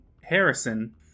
Harrison